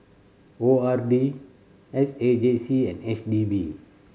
O R D S A J C and H D B